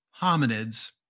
hominids